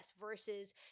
versus